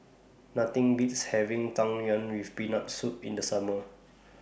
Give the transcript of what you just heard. Nothing Beats having Tang Yuen with Peanut Soup in The Summer